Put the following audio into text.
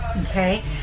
Okay